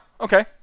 okay